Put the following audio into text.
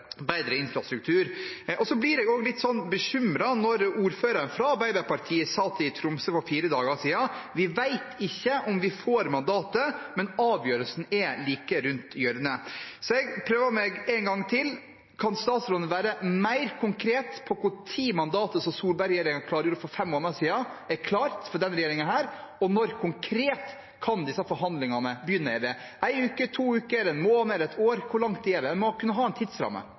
bedre infrastruktur. Jeg blir også litt bekymret når ordføreren fra Arbeiderpartiet sa til iTromsø for fire dager siden: «Vi vet ikke om vi får mandatet, men avgjørelsen er like rundt hjørnet.» Så jeg prøver meg en gang til: Kan statsråden være mer konkret om når mandatet som Solberg-regjeringen klargjorde for fem måneder siden, er klart fra denne regjeringen? Og når konkret kan disse forhandlingene begynne? Er det en uke, to uker, en måned eller et år – hvor lang tid er det? En må kunne ha en tidsramme.